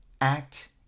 act